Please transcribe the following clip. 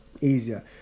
easier